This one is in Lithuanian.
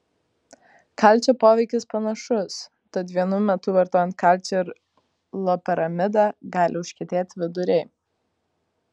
kalcio poveikis panašus tad vienu metu vartojant kalcį ir loperamidą gali užkietėti viduriai